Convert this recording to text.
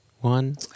one